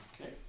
Okay